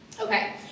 Okay